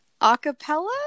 acapella